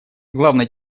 главной